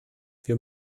wir